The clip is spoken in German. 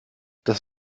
das